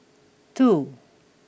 two